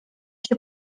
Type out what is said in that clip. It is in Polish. się